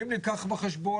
האם לקחתם בחשבון,